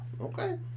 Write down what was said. Okay